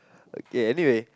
okay anyway